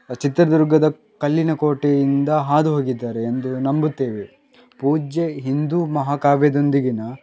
ಚಿತ್ರದುರ್ಗದ ಕಲ್ಲಿನ ಕೋಟೆಯಿಂದ ಹಾದು ಹೋಗಿದ್ದಾರೆ ಎಂದು ನಂಬುತ್ತೇವೆ ಪೂಜ್ಯ ಹಿಂದೂ ಮಹಾಕಾವ್ಯದೊಂದಿಗಿನ